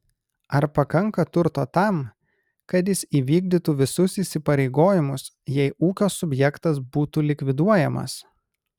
ar pakanka turto tam kad jis įvykdytų visus įsipareigojimus jei ūkio subjektas būtų likviduojamas